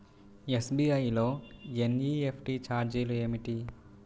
SBI లో NEFT ఛార్జీలు ఏమిటి?